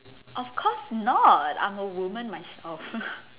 of course not I'm a woman myself